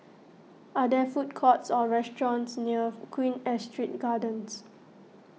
are there food courts or restaurants near Queen Astrid Gardens